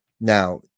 Now